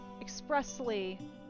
expressly